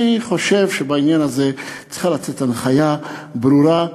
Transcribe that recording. אני חושב שבעניין הזה צריכה לצאת הנחיה ברורה,